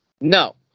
No